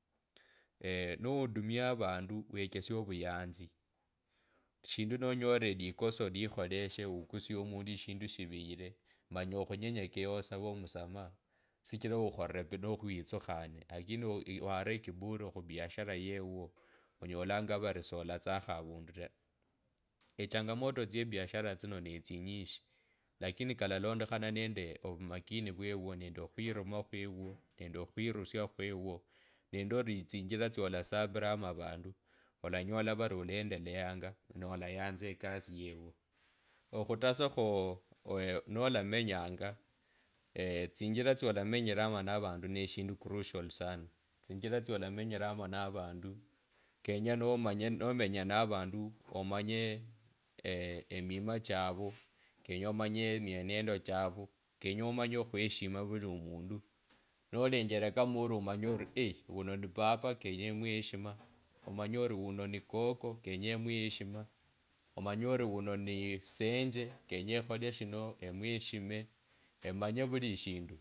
nowadumia avandu wechesie ovuyanzi shindu nonyore likoso likholeshe ukusiye omundu eshindu shiviyire manya okhunyenyekeyavasavw amusamaha shichira okharire no khu witsukhane lakin wava ekiburi khubiashara yeuwo onyolanga vari solatsakho avundu ta echangamoto tsyebiashara tsino netsinyishi lakini kalalondakha nende ovumakini vyeuwo, okhwiruma khweuwo nende okhwirusya khweuwo nende ori tsinjira tsyolasaviramo avundu olanyola vario olendeleyanga olayanza ekasi yeuwo okhutasakho oo nolamenyanga tsinjira tsyolamenyilamo na vandu neshindu crushol sana. Tsinjira tsyolamenyilamo na vandu kenye omanye emienendo chavo kenye omanye ari wuno ni baba kenye emwe heshima umanye ori wino ni senje kenye ekhole shino eweshime, emanye vuli eshindu